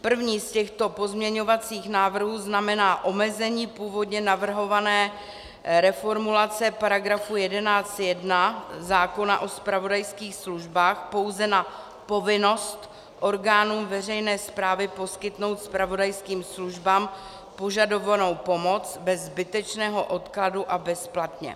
První z těchto pozměňovacích návrhů znamená omezení původně navrhované reformulace § 11 odst. 1 zákona o zpravodajských službách pouze na povinnost orgánů veřejné správy poskytnout zpravodajským službám požadovanou pomoc bez zbytečného odkladu a bezplatně.